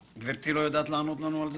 גברתי יודעת לענות לנו על זה?